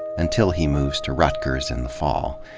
until he moves to rutgers in the fall.